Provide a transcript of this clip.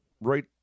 right